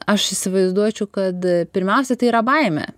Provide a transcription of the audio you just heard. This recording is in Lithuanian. aš įsivaizduočiau kad pirmiausia tai yra baimė